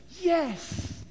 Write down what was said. yes